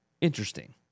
interesting